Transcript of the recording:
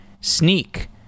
Sneak